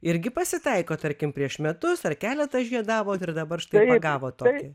irgi pasitaiko tarkim prieš metus ar keletą žiedavot ir dabar štai pagavot tokį